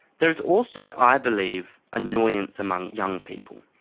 there is also, i believe, annoyance among young people.